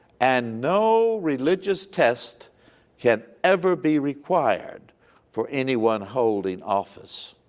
and no religious test can ever be required for anyone holding office.